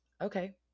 okay